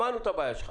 שמענו את הבעיה שלך,